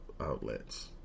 outlets